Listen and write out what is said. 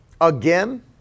again